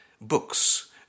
Books